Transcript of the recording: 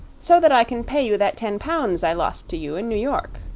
so that i can pay you that ten pounds i lost to you in new york.